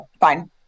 Fine